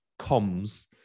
comms